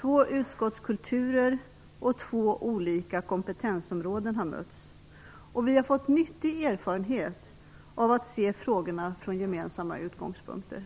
Två utskottskulturer och två olika kompetensområden har mötts. Vi har fått nyttig erfarenhet av att se frågorna från gemensamma utgångspunkter.